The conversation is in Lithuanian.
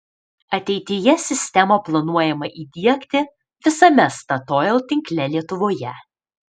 ateityje sistemą planuojama įdiegti visame statoil tinkle lietuvoje